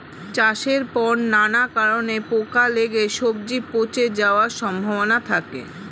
চাষের পর নানা কারণে পোকা লেগে সবজি পচে যাওয়ার সম্ভাবনা থাকে